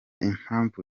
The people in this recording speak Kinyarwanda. impamvu